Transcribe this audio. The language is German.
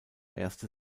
erste